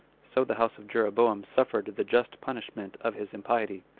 so the house of jeroboam suffered the just punishment of his impiety,